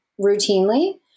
routinely